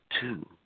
two